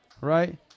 right